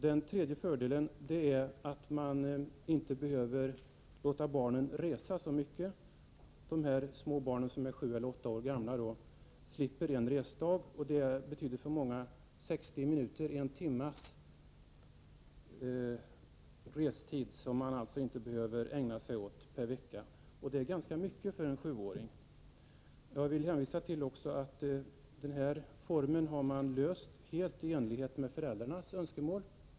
Den tredje fördelen är att man inte behöver låta barnen resa så mycket. De här små barnen, som är 7-8 år gamla, slipper en resdag, och det betyder för många att de slipper 60 minuters restid per vecka, vilket är ganska mycket för en sjuåring. Jag vill också hänvisa till att den här formen av undervisning är helt i enlighet med föräldrarnas önskemål.